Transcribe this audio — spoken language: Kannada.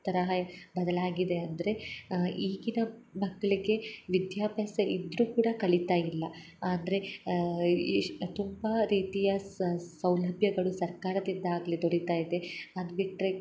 ಥರ ಹೆ ಬದಲಾಗಿದೆ ಅಂದರೆ ಈಗಿನ ಮಕ್ಕಳಿಗೆ ವಿದ್ಯಾಭ್ಯಾಸ ಇದ್ದರೂ ಕೂಡ ಕಲಿತಾ ಇಲ್ಲ ಅಂದರೆ ಇಶ್ ತುಂಬ ರೀತಿಯ ಸ ಸೌಲಭ್ಯಗಳು ಸರ್ಕಾರದಿಂದ ಆಗಲಿ ದೊರಿತಾ ಇದೆ ಅದ್ ಬಿಟ್ರೆ